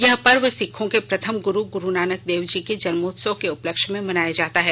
यह पर्व सिक्खों के प्रथम गुरु गुरुनाक देव जी जन्मोत्सव के उपलक्ष में मनाया जाता है